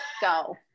Go